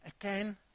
again